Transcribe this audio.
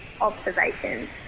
observations